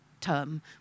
term